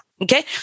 Okay